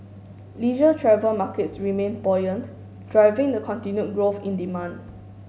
leisure travel markets remained buoyant driving the continued growth in demand